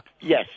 Yes